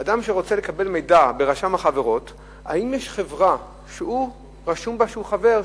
אדם שרוצה לקבל מידע ברשם החברות אם יש חברה שרשום בה שהוא חבר,